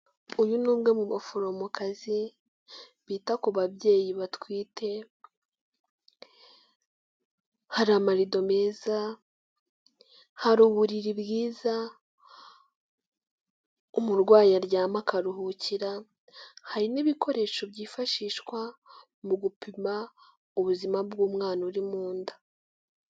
Uyu ni umwe mu baforomozi bita ku babyeyi batwite, hari amarido meza, hari uburiri bwiza umurwayi aryama akaruhukira, hari n'ibikoresho byifashishwa mu gupima ubuzima bw'umwana uri mu nda.